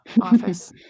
office